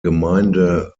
gemeinde